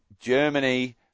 Germany